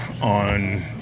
on